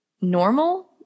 normal